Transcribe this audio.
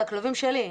זה הכלבים שלי.